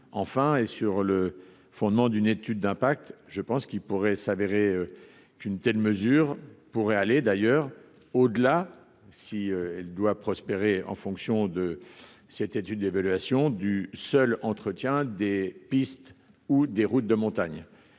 enfin et sur le fondement d'une étude d'impact, je pense qu'il pourrait s'avérer qu'une telle mesure pourrait aller d'ailleurs au-delà si elle doit prospérer en fonction de, c'était une dévaluation du seul entretien des pistes ou des routes de montagne,